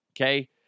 okay